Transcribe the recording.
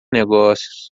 negócios